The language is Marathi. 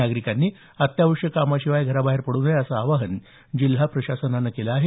नागरिकांनी अत्यावश्यक कामाशिवाय घराबाहेर पडू नये असं आवाहन जिल्हा प्रशासनाकडून करण्यात आलं आहे